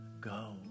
go